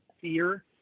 fear